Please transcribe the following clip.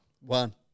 One